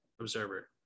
observer